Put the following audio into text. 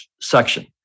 section